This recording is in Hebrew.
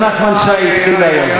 אז נחמן שי התחיל היום.